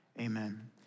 Amen